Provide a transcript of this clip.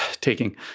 taking